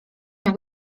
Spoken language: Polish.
jak